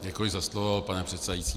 Děkuji za slovo, pane předsedající.